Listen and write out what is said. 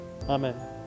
Amen